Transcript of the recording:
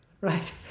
right